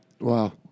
Wow